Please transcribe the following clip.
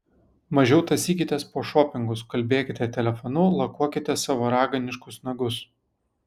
mažiau tąsykitės po šopingus kalbėkite telefonu lakuokite savo raganiškus nagus